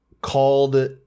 called